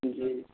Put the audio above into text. जी